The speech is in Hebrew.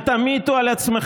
מה עם הכסף